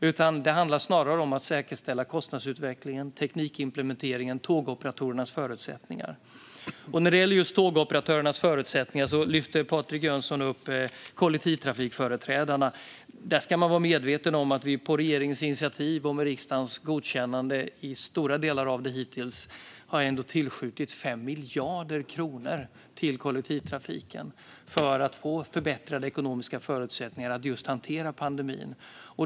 Snarare handlar det om att säkerställa kostnadsutvecklingen, teknikimplementeringen och tågoperatörernas förutsättningar. När det gäller tågoperatörernas förutsättningar lyfte Patrik Jönsson upp kollektivtrafikföreträdarna. Där ska man vara medveten om att vi på regeringens initiativ och med riksdagens godkännande i stora delar hittills har tillskjutit 5 miljarder kronor till kollektivtrafiken för att den ska få förbättrade ekonomiska förutsättningar att hantera pandemin.